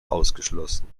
ausgeschlossen